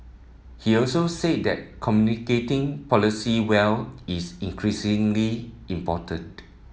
he also said that communicating policy well is increasingly important